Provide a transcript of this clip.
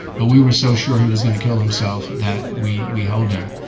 but we were so sure he was going to kill himself that we we held him.